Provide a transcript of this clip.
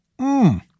Mmm